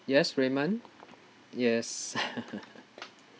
yes raymond yes